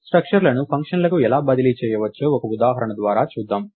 స్ట్రక్చర్లను ఫంక్షన్లకు ఎలా బదిలీ చేయవచ్చో ఒక ఉదాహరణ ద్వారా చూద్దాం